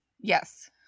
yes